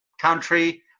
country